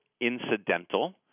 incidental